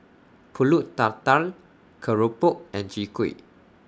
Pulut Tatal Keropok and Chwee Kueh